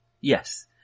Yes